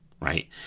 right